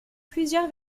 plusieurs